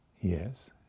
Yes